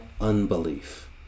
unbelief